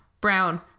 brown